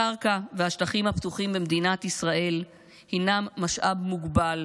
הקרקע והשטחים הפתוחים במדינת ישראל הינם משאב מוגבל,